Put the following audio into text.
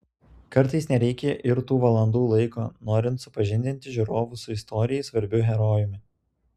kartais nereikia ir tų valandų laiko norint supažindinti žiūrovus su istorijai svarbiu herojumi